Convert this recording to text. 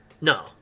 No